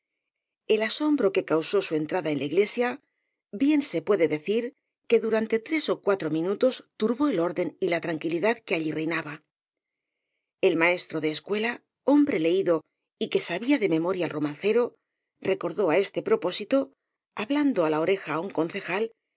el asombro que causó su entrada en la iglesia bien se puede decir que durante tres ó cuatro mi nutos turbó el orden y la tranquilidad que allí reinaba el maestro de escuela hombre leído y que sabía de memoria el romancero recordó á este propósito hablando á la oreja á un concejal